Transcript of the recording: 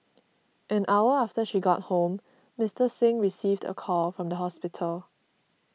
an hour after she got home Mister Singh received a call from the hospital